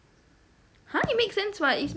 !huh! it makes sense what